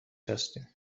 هستیم